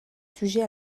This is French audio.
sujet